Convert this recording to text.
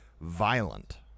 violent